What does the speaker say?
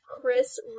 Chris